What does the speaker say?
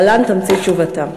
להלן תמצית תשובתם: